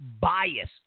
bias